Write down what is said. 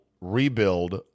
rebuild